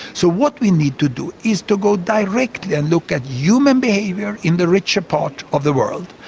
so what we need to do is to go directly and look at human behaviour in the richer part of the world.